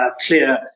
clear